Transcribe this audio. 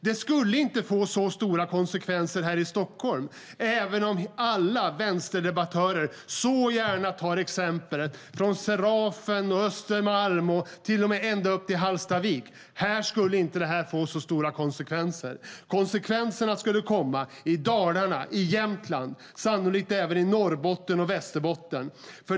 Det skulle inte få så stora konsekvenser i Stockholm, även om alla vänsterdebattörer så gärna tar exempel från Serafen, Östermalm och ända upp till Hallstavik. Där skulle det inte bli så stora konsekvenser. Konsekvenserna skulle komma i Dalarna, i Jämtland, sannolikt även i både Norrbotten och Västerbotten.